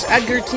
Edgar